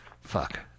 Fuck